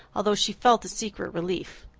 although she felt a secret relief.